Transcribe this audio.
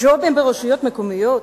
ג'ובים ברשויות המקומיות,